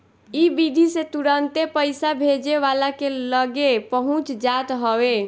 इ विधि से तुरंते पईसा भेजे वाला के लगे पहुंच जात हवे